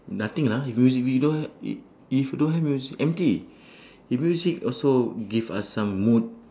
nothing lah if music we don't have if if we don't have music empty music also give us some mood